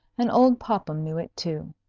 and old popham knew it, too.